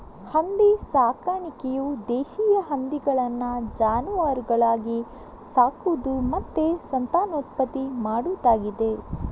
ಹಂದಿ ಸಾಕಾಣಿಕೆಯು ದೇಶೀಯ ಹಂದಿಗಳನ್ನ ಜಾನುವಾರುಗಳಾಗಿ ಸಾಕುದು ಮತ್ತೆ ಸಂತಾನೋತ್ಪತ್ತಿ ಮಾಡುದಾಗಿದೆ